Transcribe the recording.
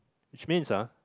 which means ah